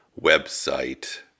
website